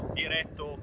diretto